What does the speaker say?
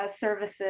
services